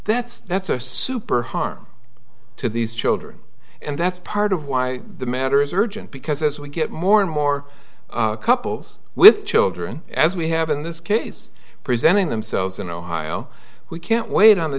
that's that's a super harm to these children and that's part of why the matter is urgent because as we get more and more couples with children as we have in this case presenting themselves in ohio we can't wait on the